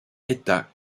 état